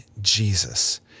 Jesus